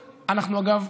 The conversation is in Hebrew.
אגב,